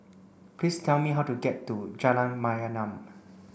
please tell me how to get to Jalan Mayaanam